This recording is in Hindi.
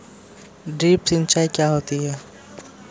ड्रिप सिंचाई क्या होती हैं?